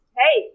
hey